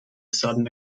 sudden